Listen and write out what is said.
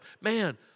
Man